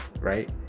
right